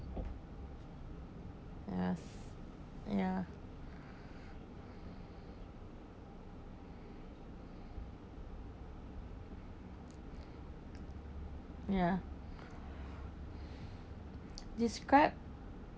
ya ya ya describe